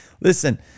Listen